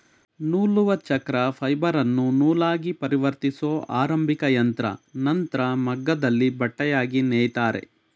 ನೂಲುವಚಕ್ರ ಫೈಬರನ್ನು ನೂಲಾಗಿಪರಿವರ್ತಿಸೊ ಆರಂಭಿಕಯಂತ್ರ ನಂತ್ರ ಮಗ್ಗದಲ್ಲಿ ಬಟ್ಟೆಯಾಗಿ ನೇಯ್ತಾರೆ